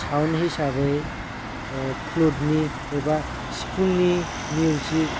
सावन हिसाबै प्लुटनि एबा सिफुंनि मिउजिग